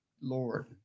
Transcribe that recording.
Lord